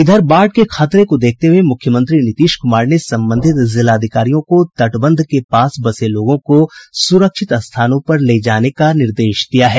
इधर बाढ़ के खतरे को देखते हुये मुख्यमंत्री नीतीश कुमार ने संबंधित जिलाधिकारियों को तटबंध के पास बसे लोगों को सुरक्षित स्थानों पर ले जाने के निर्देश दिये हैं